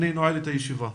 אני נועל את הישיבה.